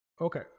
okay